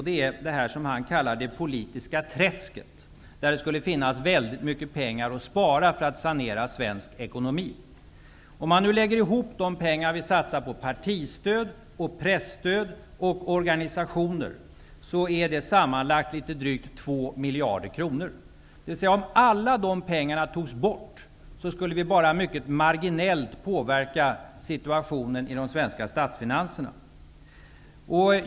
Det är det han kallar det politiska träsket, där det skulle finnas mycket pengar att spara för att sanera svensk ekonomi. Om man lägger ihop de pengar vi satsar på partistöd, presstöd och organisationer blir det drygt 2 miljarder kronor. Om alla de pengarna togs bort skulle vi bara marginellt påverka situationen för de svenska statsfinanserna.